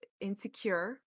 insecure